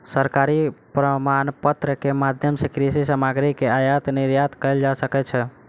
सरकारी प्रमाणपत्र के माध्यम सॅ कृषि सामग्री के आयात निर्यात कयल जा सकै छै